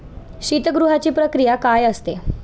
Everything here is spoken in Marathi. शीतगृहाची प्रक्रिया काय असते?